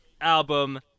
Album